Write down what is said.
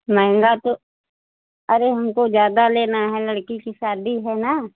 महंगा तो अरे हमको ज़्यादा लेना है लड़की की शादी है न